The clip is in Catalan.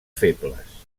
febles